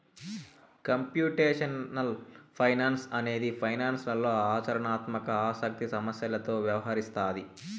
computational finance అనేది ఫైనాన్స్లో ఆచరణాత్మక ఆసక్తి సమస్యలతో వ్యవహరిస్తాది